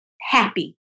happy